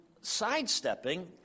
sidestepping